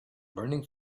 burning